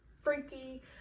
freaky